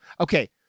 Okay